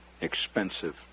expensive